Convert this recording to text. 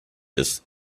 ist